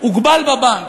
הוגבל בבנק,